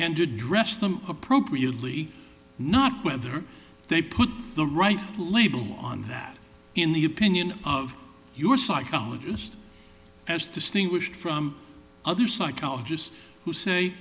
address them appropriately not whether they put the right label on that in the opinion of your psychologist as distinguished from other psychologists who say